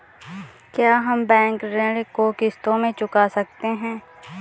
क्या हम बैंक ऋण को किश्तों में चुका सकते हैं?